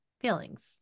feelings